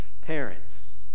Parents